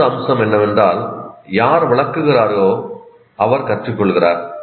மற்றொரு அம்சம் என்னவென்றால் யார் விளக்குகிறாரோ அவர் கற்றுக்கொள்கிறார்